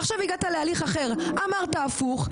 עכשיו הגעת להליך אחר ואמרת הפוך,